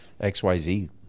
XYZ